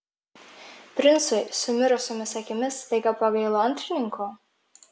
princui su mirusiomis akimis staiga pagailo antrininko